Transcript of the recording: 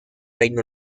reino